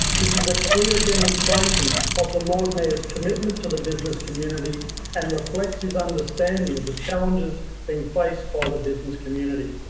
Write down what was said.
this is a clear demonstration of the lord mayor's commitment to the business community and reflects his understanding of the challenges being faced by the business community.